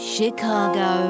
Chicago